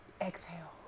exhale